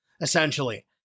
essentially